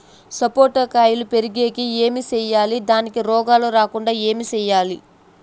సపోట కాయలు పెరిగేకి ఏమి సేయాలి దానికి రోగాలు రాకుండా ఏమి సేయాలి?